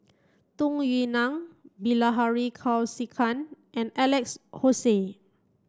Tung Yue Nang Bilahari Kausikan and Alex Josey